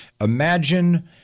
Imagine